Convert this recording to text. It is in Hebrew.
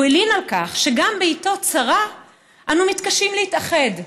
הוא הלין על כך שגם בעיתות צרה אנו מתקשים להתאחד,